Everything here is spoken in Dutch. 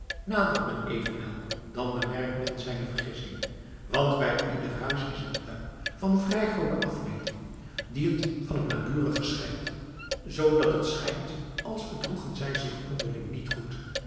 nadert men evenwel dan bemerkt men zijne vergissing want bij ieder huis is een tuin van vrij groote afmeting die het van het naburige scheidt zoodat het schijnt als verdroegen zij zich onderling niet goed